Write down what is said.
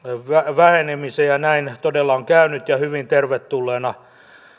vähenemiseen näin todella on käynyt ja hyvin tervetulleena